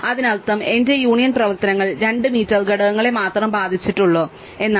അതിനർത്ഥം എന്റെ യൂണിയൻ പ്രവർത്തനങ്ങൾ 2 മീറ്റർ ഘടകങ്ങളെ മാത്രമേ ബാധിച്ചിട്ടുള്ളൂ എന്നാണ്